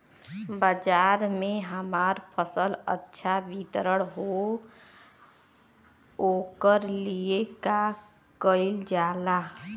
बाजार में हमार फसल अच्छा वितरण हो ओकर लिए का कइलजाला?